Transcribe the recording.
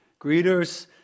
Greeters